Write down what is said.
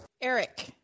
Eric